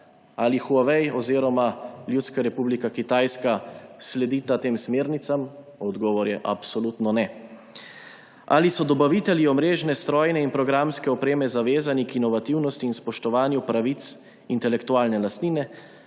Ali Huawei oziroma Ljudska republika Kitajska sledita tem smernicam? Odgovor je absolutno ne. Ali so dobavitelji omrežne strojne in programske opreme zavezani k inovativnosti in spoštovanju pravic intelektualne lastnine